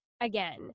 again